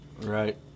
Right